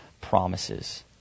promises